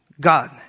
God